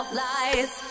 lies